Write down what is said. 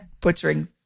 butchering